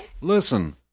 Listen